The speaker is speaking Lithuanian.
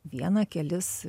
vieną kelis